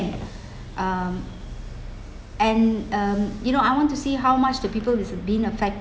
um and um you know I want to see how much the people is been affect~